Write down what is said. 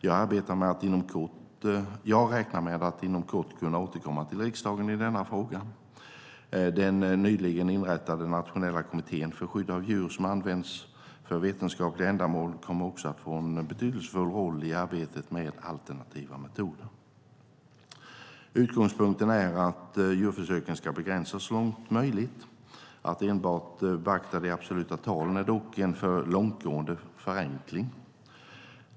Jag räknar med att inom kort kunna återkomma till riksdagen i denna fråga. Den nyligen inrättade Nationella kommittén för skydd av djur som används för vetenskapliga ändamål kommer också att få en betydelsefull roll i arbetet med alternativa metoder. Utgångspunkten är att djurförsöken ska begränsas så långt möjligt. Att enbart beakta de absoluta talen är dock en för långtgående förenkling.